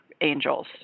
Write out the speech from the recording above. angels